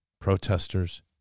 protesters